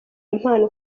impano